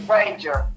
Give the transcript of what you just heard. Ranger